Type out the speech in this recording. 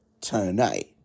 tonight